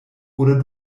oder